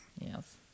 yes